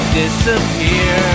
disappear